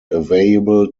available